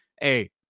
hey